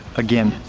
again.